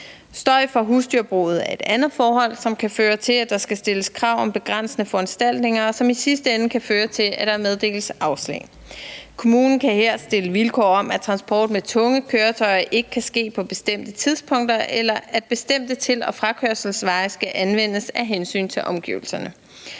Støj fra husdyrbruget er et andet forhold, som kan føre til, at der skal stilles krav om begrænsende foranstaltninger, og som i sidste ende kan føre til, at der meddeles afslag. Kommunen kan her stille vilkår om, at transport med tunge køretøjer ikke kan ske på bestemte tidspunkter, eller at bestemte til- og frakørselsveje skal anvendes af hensyn til omgivelserne.